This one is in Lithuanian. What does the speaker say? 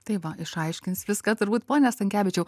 tai va išaiškins viską turbūt pone stankevičiau